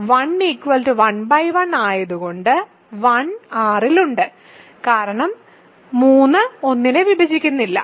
1 11 ആയതുകൊണ്ട് 1 R ൽ ഉണ്ട് കാരണം 3 1 നെ വിഭജിക്കുന്നില്ല